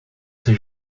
ces